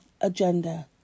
agenda